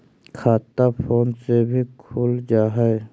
खाता फोन से भी खुल जाहै?